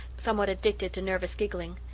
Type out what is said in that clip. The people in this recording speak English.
somewhat addicted to nervous giggling.